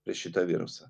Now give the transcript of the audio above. prieš šitą virusą